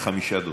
חמישה דוברים.